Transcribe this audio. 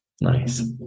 Nice